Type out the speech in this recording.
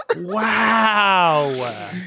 Wow